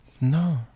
No